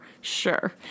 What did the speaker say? Sure